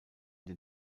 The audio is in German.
den